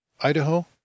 Idaho